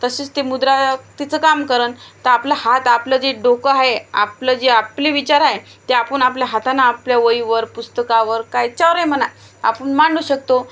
तशीच ते मुद्रा तिचं काम करेन तर आपलं हात आपलं जे डोकं आहे आपलं जे आपले विचार आहे ते आपण आपल्या हातानं आपल्या वहीवर पुस्तकावर कायच्यावरही म्हणा आपण मांडू शकतो